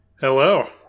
Hello